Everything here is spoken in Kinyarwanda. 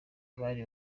bari